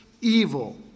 evil